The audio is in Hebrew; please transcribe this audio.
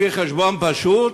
לפי חשבון פשוט,